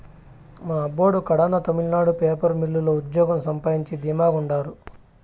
మా అబ్బోడు కడాన తమిళనాడు పేపర్ మిల్లు లో ఉజ్జోగం సంపాయించి ధీమా గుండారు